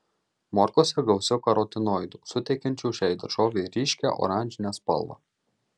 morkose gausu karotinoidų suteikiančių šiai daržovei ryškią oranžinę spalvą